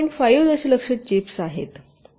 5 दशलक्ष चिप्स आहेत